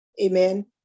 amen